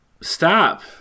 Stop